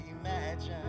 imagine